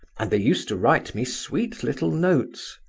and they used to write me sweet little notes.